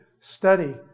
study